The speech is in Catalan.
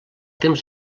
temps